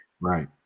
Right